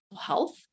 health